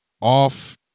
Off